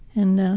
and